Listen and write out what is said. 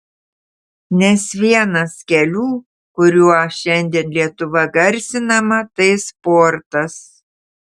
nes vienas kelių kuriuo šiandien lietuva garsinama tai sportas